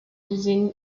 within